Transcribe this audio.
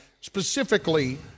specifically